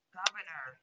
governor